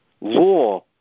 law